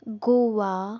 Goa